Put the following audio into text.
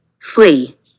Flee